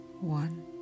one